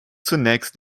zunächst